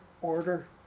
order